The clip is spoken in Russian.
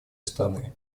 страны